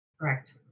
Correct